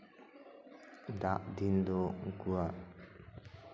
ᱫᱟᱜ ᱫᱤᱱ ᱫᱚ ᱩᱱᱠᱩᱣᱟᱜ